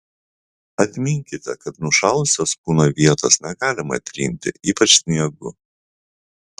atminkite kad nušalusios kūno vietos negalima trinti ypač sniegu